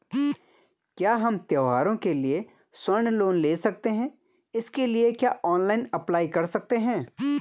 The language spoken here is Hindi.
क्या हम त्यौहारों के लिए स्वर्ण लोन ले सकते हैं इसके लिए क्या ऑनलाइन अप्लाई कर सकते हैं?